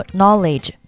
knowledge